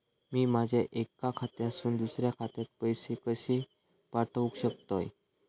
मी माझ्या एक्या खात्यासून दुसऱ्या खात्यात पैसे कशे पाठउक शकतय?